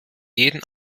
jeden